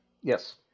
Yes